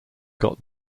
got